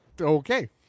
Okay